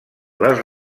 les